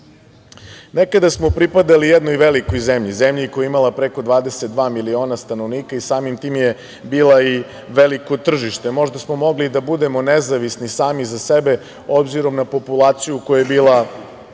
smo pripadali jednoj velikoj zemlji, zemlji koja je imala preko 22 miliona stanovnika i samim tim je bila i veliko tržište. Možda smo mogli da budemo nezavisni sami za sebe obzirom na populaciju koja je bila